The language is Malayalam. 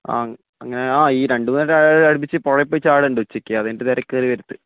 ആ അങ്ങനെ ആ ഈ രണ്ടുപേരുടെ അടുപ്പിച്ച് പുഴയിൽ പോയി ചാടലുണ്ട് ഉച്ചയ്ക്ക് അത് കഴിഞ്ഞിട്ട് കരയ്ക്ക് കയറി വരുത്ത്